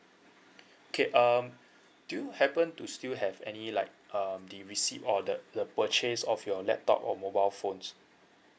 okay um do you happen to still have any like um the receipt or the the purchase of your laptop or mobile phones